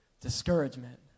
discouragement